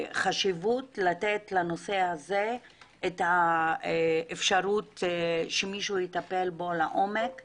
והחשיבות לתת לנושא הזה את האפשרות שמישהו יטפל בו לעומק.